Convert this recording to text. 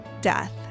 death